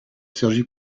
cergy